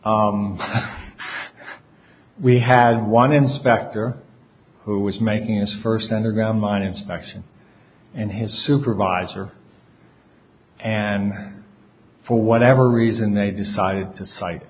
lose we had one inspector who was making his first underground mine inspection and his supervisor and for whatever reason they decided to cite